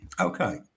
Okay